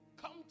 Come